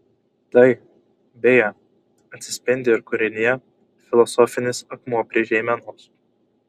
tai beje atsispindi ir kūrinyje filosofinis akmuo prie žeimenos